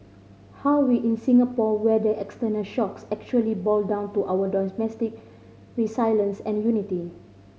how we in Singapore weather external shocks actually boil down to our domestic resilience and unity